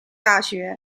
大学